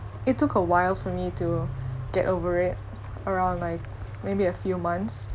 it took a while for me to get over it around like maybe a few months